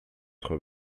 quatre